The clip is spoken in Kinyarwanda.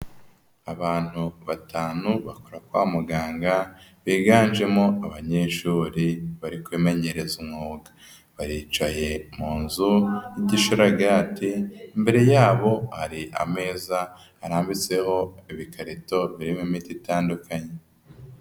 Abantu batanu bakora kwa muganga biganjemo abanyeshuri bari kwimenyereza umwuga. Baricaye mu nzu y'igisharagati, imbere yabo hari ameza arambitseho ibikarito birimo imiti itandukanye.